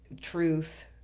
truth